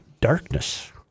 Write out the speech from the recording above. darkness